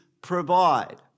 provide